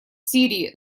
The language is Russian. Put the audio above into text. сирии